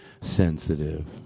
Sensitive